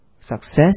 success